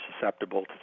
susceptible